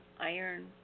iron